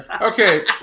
Okay